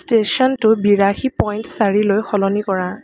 ষ্টেশ্যনটো বিৰাশী পইণ্ট চাৰিলৈ সলনি কৰা